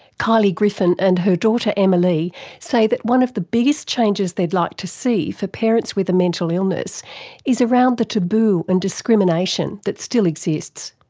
kylie griffin and her daughter emma leigh say that one of the biggest changes they'd like to see for parents with a mental illness is around the taboo and discrimination that still exists.